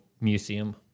museum